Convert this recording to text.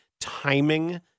timing